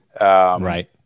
right